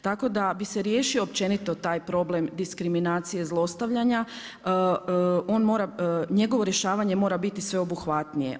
Tako da bi se riješio općenito taj problem diskriminacije zlostavljanja on mora, njegovo rješavanje mora biti sveobuhvatnije.